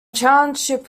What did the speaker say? township